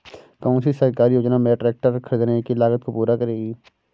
कौन सी सरकारी योजना मेरे ट्रैक्टर ख़रीदने की लागत को पूरा करेगी?